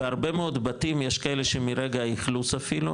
בהרבה מאוד בתים יש כאלה שמרגע האכלוס אפילו,